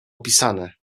opisane